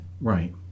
right